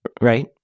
Right